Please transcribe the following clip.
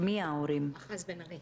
אדבר ממש בקצרה.